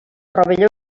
rovelló